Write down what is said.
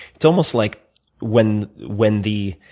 it's almost like when when the